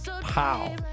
pow